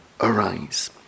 arise